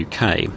UK